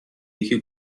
یکی